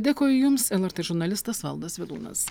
dėkoju jums lrt žurnalistas valdas vilūnas